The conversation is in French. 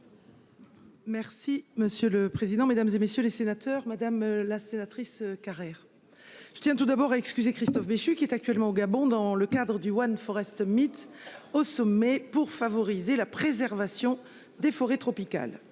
Merci monsieur le président, Mesdames, et messieurs les sénateurs, madame la sénatrice Carrère. Je tiens tout d'abord excuser Christophe Béchu qui est actuellement au Gabon. Dans le cadre du One Forest mythe au sommet pour favoriser la préservation des forêts tropicales.